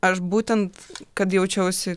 aš būtent kad jaučiausi